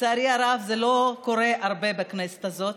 לצערי הרב זה לא קורה הרבה בכנסת הזאת,